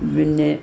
പിന്നെ